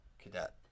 Cadet